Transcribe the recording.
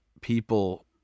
people